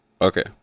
okay